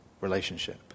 relationship